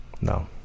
no